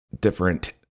different